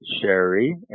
Sherry